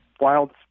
wild